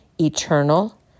Eternal